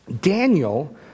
Daniel